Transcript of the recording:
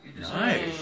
Nice